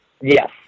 Yes